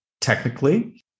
technically